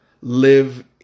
live